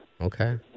Okay